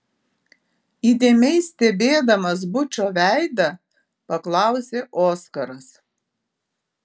įdėmiai stebėdamas bučo veidą paklausė oskaras